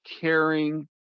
caring